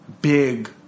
big